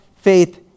faith